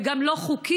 וגם לא חוקית,